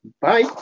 Bye